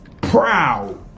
proud